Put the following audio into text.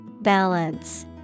Balance